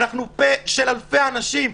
אנחנו פה של אלפי אנשים.